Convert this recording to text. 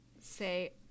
say